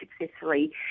successfully